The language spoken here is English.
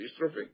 dystrophy